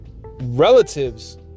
Relatives